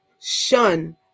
shun